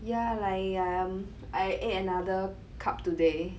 ya like um I ate another cup today